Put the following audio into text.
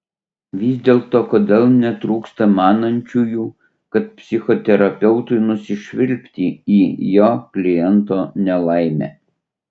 vis dėlto kodėl netrūksta manančiųjų kad psichoterapeutui nusišvilpti į jo kliento nelaimę